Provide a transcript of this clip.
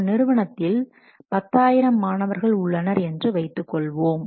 ஒரு நிறுவனத்தில் 10000 மாணவர்கள் உள்ளனர் என்று வைத்துக் கொள்வோம்